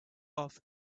off